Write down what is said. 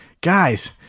guys